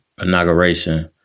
inauguration